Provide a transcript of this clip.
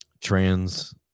Trans